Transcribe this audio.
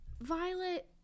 Violet